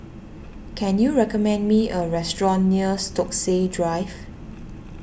can you recommend me a restaurant near Stokesay Drive